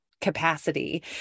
capacity